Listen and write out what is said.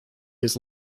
his